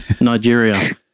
Nigeria